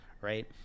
right